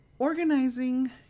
Organizing